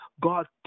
God